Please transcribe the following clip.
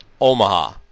Omaha